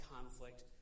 conflict